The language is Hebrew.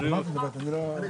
הישיבה נעולה.